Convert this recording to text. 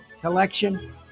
collection